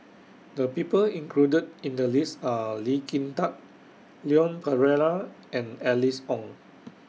The People included in The list Are Lee Kin Tat Leon Perera and Alice Ong